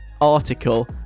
article